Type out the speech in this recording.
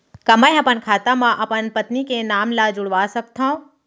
का मैं ह अपन खाता म अपन पत्नी के नाम ला जुड़वा सकथव?